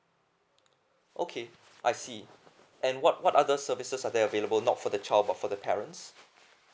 okay I see and what what other services are there available not for the child but for the parents